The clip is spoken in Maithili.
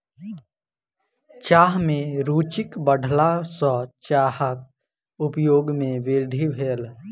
चाह में रूचिक बढ़ला सॅ चाहक उपयोग में वृद्धि भेल